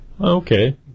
Okay